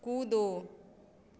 कूदो